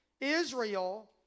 Israel